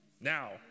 Now